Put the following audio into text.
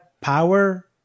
power